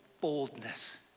boldness